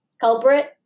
culprit